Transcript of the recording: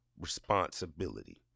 responsibility